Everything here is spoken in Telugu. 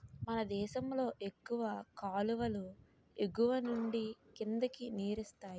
మనదేశంలో ఎక్కువ కాలువలు ఎగువనుండి కిందకి నీరిస్తాయి